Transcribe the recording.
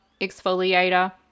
exfoliator